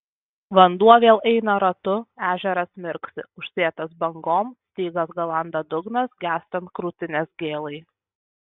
vanduo vėl eina ratu ežeras mirksi užsėtas bangom stygas galanda dugnas gęstant krūtinės gėlai